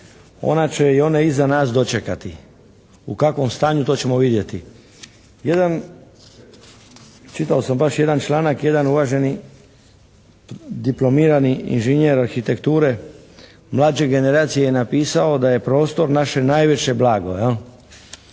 Ona će i one iza nas dočekati. U kakvom stanju to ćemo vidjeti. Jedan, čitao sam baš jedan članak jedan uvaženi diplomirani inženjer arhitekture mlađe generacije je napisao da je prostor naše najveće blago